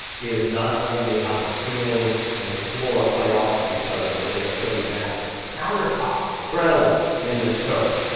is not only how the ceiling and the floor play off of each other, but we're going to show you that, but the countertops are incredible in this coach,